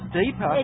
deeper